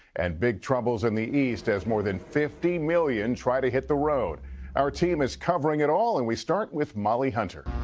and big troubles in the east as more than fifty million try to hit the road our team is covering it all, and we start with molly hunter.